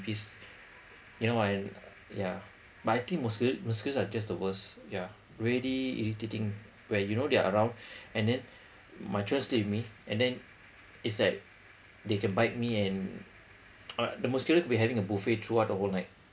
in peace you know I yeah but I think mosqui~ mosquitoes or just the worst yeah really irritating when you know they are around and then my children still with me and then it's like they can bite me and uh the mosquito will be having a buffet throughout the whole night